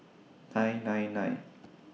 nine nine nine